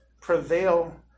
prevail